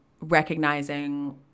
recognizing